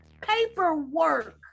paperwork